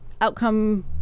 outcome